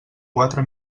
quatre